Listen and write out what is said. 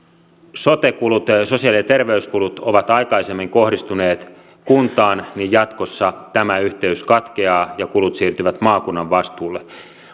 sote kulut sosiaali ja terveyskulut ovat aikaisemmin kohdistuneet kuntaan niin jatkossa tämä yhteys katkeaa ja kulut siirtyvät maakunnan vastuulle